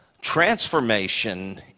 transformation